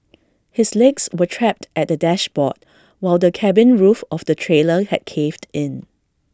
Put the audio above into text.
his legs were trapped at the dashboard while the cabin roof of the trailer had caved in